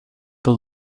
for